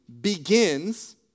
begins